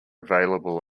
available